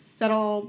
settle